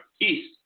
east